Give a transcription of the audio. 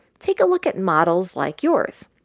take a look at models like yours.